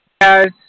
Guys